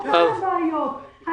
אותן הבעיות.